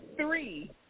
three